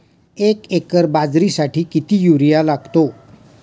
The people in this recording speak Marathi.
एक एकर बाजरीसाठी किती युरिया लागतो?